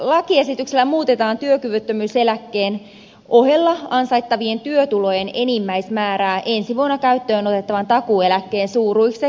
lakiesityksellä muutetaan työkyvyttömyyseläkkeen ohella ansaittavien työtulojen enimmäismäärää ensi vuonna käyttöön otettavan takuu eläkkeen suuruiseksi